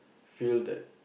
feel that